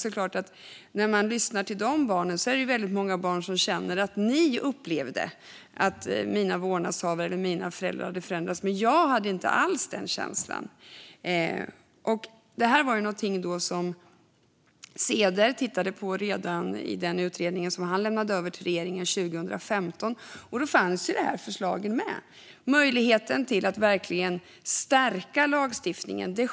När man lyssnar till dessa barn står det klart att det är väldigt många barn som känner att ni upplevde att mina vårdnadshavare eller mina föräldrar hade förändrats, men jag hade inte alls den känslan. Det här var någonting som Ceder tittade på redan i den utredning som han lämnade över till regeringen 2015. Då fanns det här förslaget om att verkligen stärka lagstiftningen med.